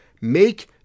Make